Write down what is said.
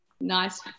nice